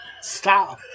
Stop